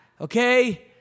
okay